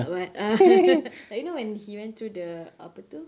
but like you know when he went through the apa tu